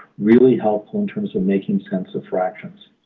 really helps in terms of making sense of fractions.